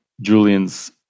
Julian's